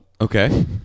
Okay